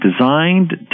designed